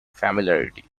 familiarity